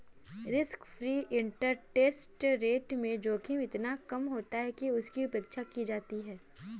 risk free interest rate में जोखिम इतना कम होता है कि उसकी उपेक्षा की जाती है